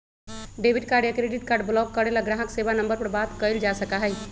debit card या credit card block करे ला ग्राहक सेवा नंबर पर बात कइल जा सका हई